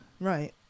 right